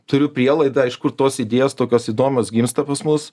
turiu prielaidą iš kur tos idėjos tokios įdomios gimsta pas mus